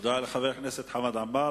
תודה לחבר הכנסת חמד עמאר.